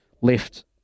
left